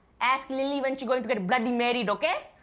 ask lilly when she going to get bloody married, ok?